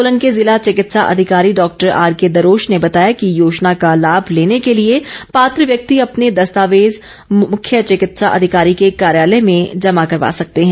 सोलन के जिला चिकित्सा अधिकारी डॉक्टर आरके दरोच ने बताया कि योजना का लाभ लेने के लिए पात्र व्यक्ति अपने दस्तावेज मुख्य चिकित्सा अधिकारी के कार्यालय में जमा करवा सकते हैं